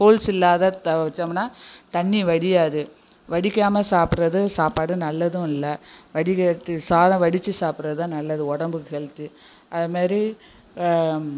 holes இல்லாத வச்சோம்ன்னா தண்ணி வடியாது வடிக்காமல் சாப்பிட்றது சாப்பாடு நல்லதும் இல்லை வடிகட்டி சாதம் வடிச்சு சாப்பிட்றதுதான் நல்லது உடம்புக்கு ஹெல்த்து அது மாரி